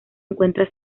encuentra